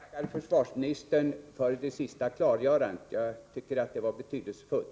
Herr talman! Jag tackar försvarsministern för det sista klargörandet. Det var betydelsefullt.